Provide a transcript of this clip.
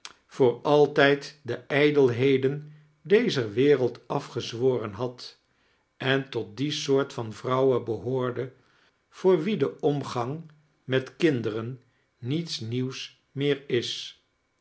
voor altijd de ijdelheden dezer wereld afgezworen had en tot die soort van vrouwen behoorde voor wie de omgang met kinderen niets nieuws mieer is